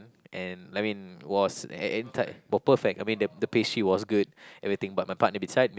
and I mean was and and were perfect I mean the the pastry was good everything but my partner beside me